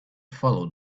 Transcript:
follow